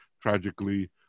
tragically